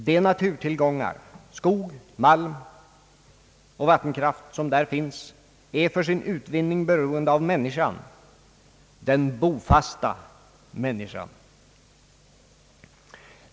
De naturtillgångar, skog, malm och vattenkraft, som där finns är för sin utvinning beroende av människan — den bofasta människan.